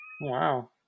Wow